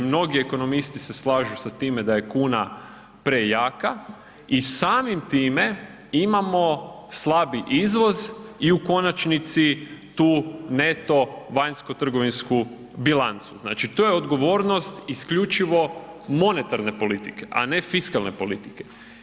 Mnogi ekonomisti se slažu sa time da je kuna prejaka i samim time imamo slabi izvoz i u konačnici tu neto vanjskotrgovinsku bilancu, znači to je odgovornost isključivo monetarne politike, a ne fiskalne politike.